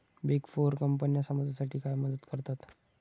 Big four कंपन्या समाजासाठी काय मदत करतात?